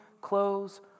clothes